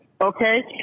Okay